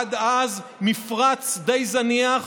עד אז, מפרץ די זניח.